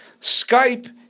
Skype